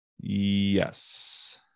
Yes